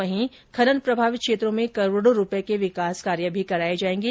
वहीं खनन प्रभावित क्षेत्रों में करोड़ों रुपए के विकास कार्य कराए जाएंगे